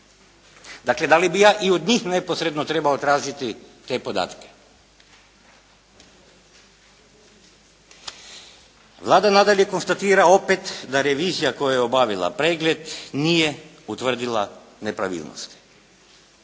Dakle, da li bi ja i od njih neposredno trebao tražiti te podatke? Vlada nadalje konstatira opet da revizija koja je obavila pregled nije utvrdila nepravilnosti.